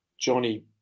Johnny